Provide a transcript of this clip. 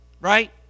right